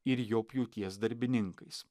ir jo pjūties darbininkais